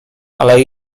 ale